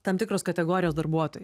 tam tikros kategorijos darbuotojai